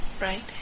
right